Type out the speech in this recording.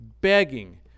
begging